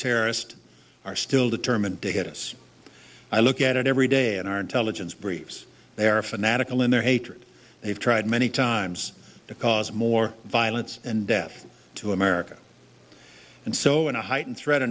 terrorist are still determined to get us i look at it every day in our intelligence briefs they are fanatical in their hatred they've tried many times to cause more violence and death to america and so in a heightened threat